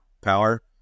power